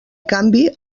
canvi